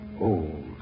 old